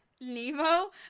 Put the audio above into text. nemo